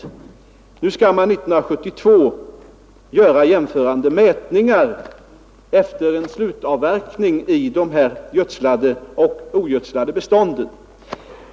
Under 1972 skall man göra jämförande mätningar efter en slutavverkning i de gödslade och ogödslade bestånden.